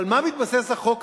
על מה מתבסס החוק?